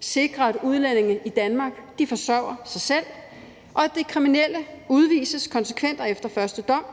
sikre, at udlændinge i Danmark forsørger sig selv, og at de kriminelle udvises konsekvent og efter første dom.